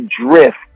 drift